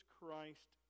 Christ